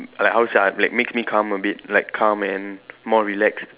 like how to say ah like makes me calm a bit like calm and more relax